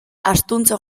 astuntxo